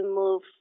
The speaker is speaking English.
move